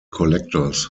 collectors